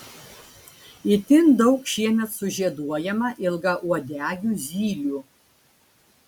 itin daug šiemet sužieduojama ilgauodegių zylių